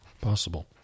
Possible